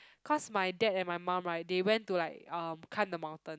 cause my dad and my mum right they went to like um climb the mountain